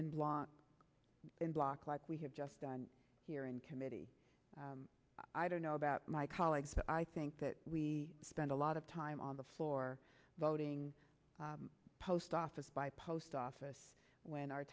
want in block like we have just done here in committee i don't know about my colleagues that i think that we spend a lot of time on the floor voting post office by post office when our